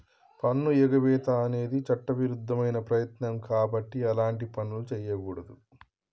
పన్నుఎగవేత అనేది చట్టవిరుద్ధమైన ప్రయత్నం కాబట్టి అలాంటి పనులు చెయ్యకూడదు